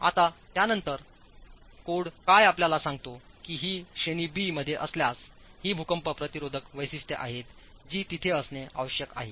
आता त्यानंतर काय कोड आपल्याला सांगते की ही श्रेणी बी मध्ये असल्यास ही भूकंप प्रतिरोधक वैशिष्ट्ये आहेत जी तेथे असणे आवश्यक आहे